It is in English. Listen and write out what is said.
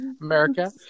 America